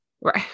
Right